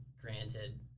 granted